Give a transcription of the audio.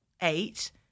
eight